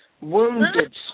wounded